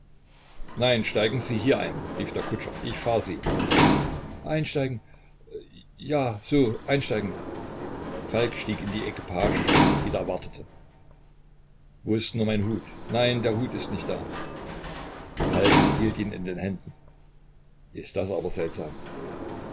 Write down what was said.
nein steigen sie hier ein rief der kutscher ich fahr sie einsteigen ja so einsteigen falk stieg in die equipage die da wartete wo ist nur mein hut nein der hut ist nicht da falk hielt ihn in den händen ist das aber seltsam